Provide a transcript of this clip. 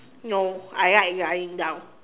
no I like lying down